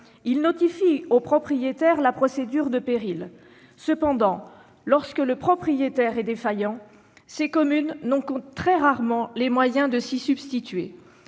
il notifie au propriétaire la procédure de péril. Cependant, lorsque le propriétaire est défaillant, la commune n'a que très rarement les moyens de s'y substituer